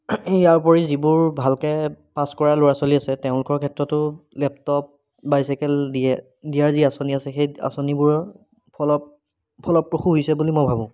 ইয়াৰ উপৰি যিবোৰ ভালকৈ পাছ কৰা ল'ৰা ছোৱালী আছে তেওঁলোকৰ ক্ষেত্ৰতো লেপটপ বাইচাইকেল দিয়ে দিয়া যি আঁচনি আছে সেই আঁচনিবোৰৰ ফলত ফলপ্ৰসূ হৈছে বুলি মই ভাবোঁ